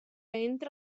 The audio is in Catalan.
entra